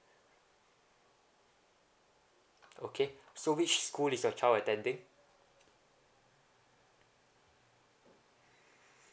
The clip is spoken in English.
okay so which school is your child attending